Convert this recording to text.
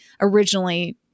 originally